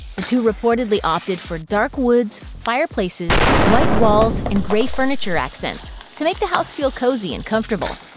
the two reportedly opted for dark woods, fireplaces, white walls, and gray furniture accents to make the house feel cozy and comfortable.